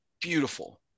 beautiful